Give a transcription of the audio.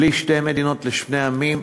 בלי שתי מדינות לשני עמים.